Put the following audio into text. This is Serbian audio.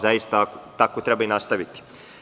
Zaista tako treba i nastaviti.